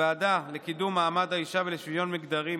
בוועדה לקידום מעמד האישה ולשוויון מגדרי,